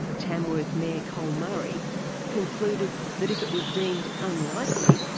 tamworth mayor col murray concluded that if it was deemed unlikely,